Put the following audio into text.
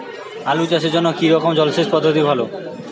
আলু চাষের জন্য কী রকম জলসেচ পদ্ধতি ভালো?